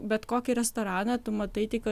bet kokį restoraną tu matai tik